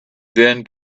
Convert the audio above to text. then